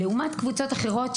לעומת קבוצות אחרות,